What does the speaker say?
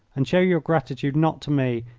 and show your gratitude not to me,